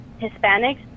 Hispanics